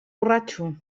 borratxo